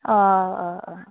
অঁ অঁ অঁ